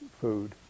food